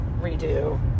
redo